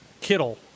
kittle